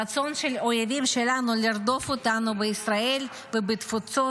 הרצון של האויבים שלנו לרדוף אותנו בישראל ובתפוצות